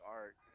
art